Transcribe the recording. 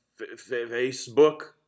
Facebook